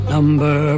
Number